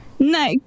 No